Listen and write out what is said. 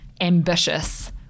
ambitious